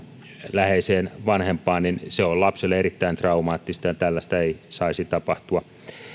läheiseen henkilöön niin se on lapselle erittäin traumaattista ja tällaista ei saisi tapahtua